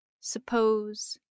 suppose